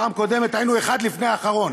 פעם קודמת היינו אחד לפני אחרון,